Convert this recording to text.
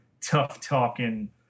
tough-talking